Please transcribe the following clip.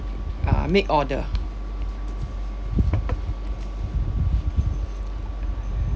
uh make order